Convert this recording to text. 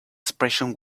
expression